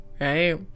right